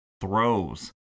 throws